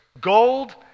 gold